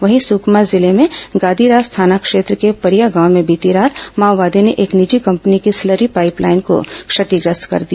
वहीं सुकमा जिले में गादीरास थाना क्षेत्र के परिया गांव में बीती रात माओवादियों ने एक निजी कंपनी की स्लरी पाइप लाइन को क्षतिग्रस्त कर दिया